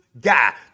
guy